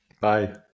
Bye